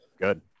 Good